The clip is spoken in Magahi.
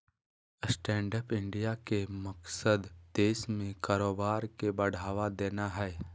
स्टैंडअप इंडिया के मकसद देश में कारोबार के बढ़ावा देना हइ